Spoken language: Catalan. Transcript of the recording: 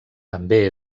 també